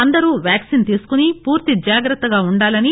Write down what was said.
అందరూ వ్యాక్సిన్ తీసుకుని పూర్తి జాగ్రత్తగా ఉండాలని